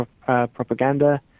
propaganda